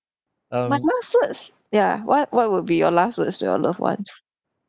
but last words ya what what would be your last words to your loved ones